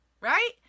right